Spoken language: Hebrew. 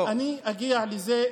אני אגיע לזה,